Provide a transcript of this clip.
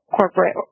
corporate